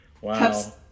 wow